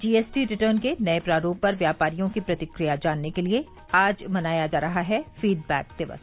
GST return के नए प्रारूप पर व्यापारियों की प्रतिक्रिया जानने के लिए आज मनाया जा रहा है फीडबैक दिवस